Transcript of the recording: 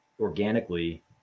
organically